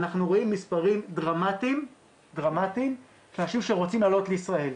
אנחנו רואים מספרים דרמטיים של אנשים שרוצים לעלות בישראל.